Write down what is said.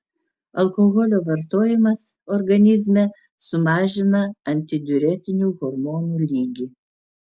alkoholio vartojimas organizme sumažina antidiuretinių hormonų lygį